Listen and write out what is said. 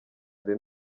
hari